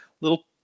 little